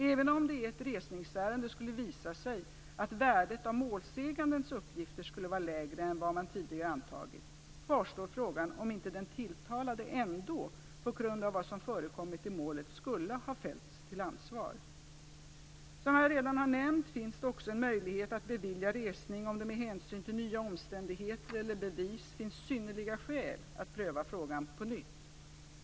Även om det i ett resningsärende skulle visa sig att värdet av målsägandens uppgifter skulle vara lägre än vad man tidigare antagit, kvarstår frågan om inte den tilltalade ändå på grund av vad som förekommit i målet skulle ha fällts till ansvar. Som jag redan har nämnt finns det också en möjlighet att bevilja resning, om det med hänsyn till nya omständigheter eller bevis finns synnerliga skäl att pröva frågan på nytt.